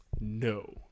No